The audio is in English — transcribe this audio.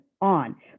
on